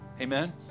amen